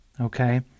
okay